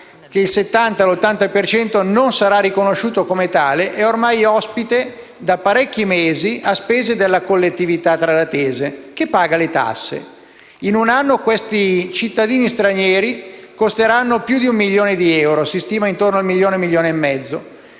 per cento non sarà riconosciuto come tale, è ormai ospite da parecchi mesi, a spese della collettività tradatese, che paga le tasse. In un anno, questi cittadini stranieri costeranno più di un milione di euro: il costo si stima infatti intorno al milione o al milione e mezzo